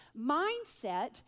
Mindset